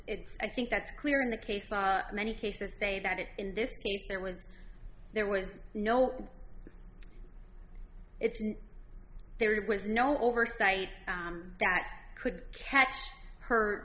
i think that's clear in the case of many cases say that it in this case there was there was no it's there was no oversight that could catch her